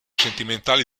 sentimentali